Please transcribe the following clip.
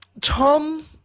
Tom